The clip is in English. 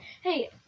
Hey